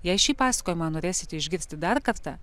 jei šį pasakojimą norėsite išgirsti dar kartą